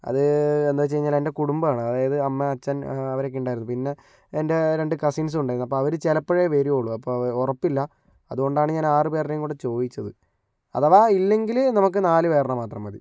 അത് എന്താന്ന് വെച്ച് കഴിഞ്ഞാൽ എൻ്റെ കുടുംബമാണ് അതായത് അമ്മ അച്ഛൻ അവരൊക്കെ ഉണ്ടായിരുന്നു പിന്നെ എൻ്റെ രണ്ട് കസിൻസും ഉണ്ടാരുന്നു അപ്പൊ അവരെ ചിലപ്പോഴെ വരുവൊള്ളു അപ്പൊ ഉറപ്പില്ല അതുകൊണ്ടാണ് ഞാൻ ആറ് പേരുടെയും കൂടെ ചോദിച്ചത് അഥവാ ഇല്ലെങ്കിൽ നമുക്ക് നാല് പേരുടെ മാത്രം മതി